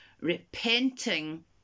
repenting